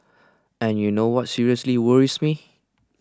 and you know what seriously worries me